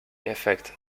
effect